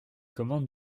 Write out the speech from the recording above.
commande